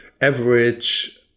average